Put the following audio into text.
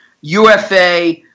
UFA –